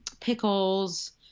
pickles